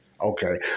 Okay